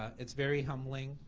it's very humbling.